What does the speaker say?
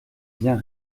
bien